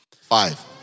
Five